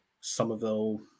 Somerville